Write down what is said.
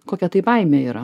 kokia tai baimė yra